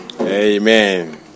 Amen